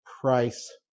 price